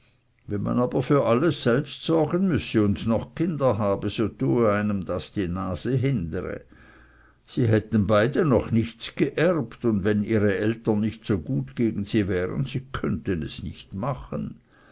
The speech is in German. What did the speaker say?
wenn man aber für alles selbst sorgen müsse und noch kinder habe so tue einem das die nase hintere sie hätten beide noch nichts geerbt und wenn ihre eltern nicht so gut gegen sie wären sie könnten es nicht machen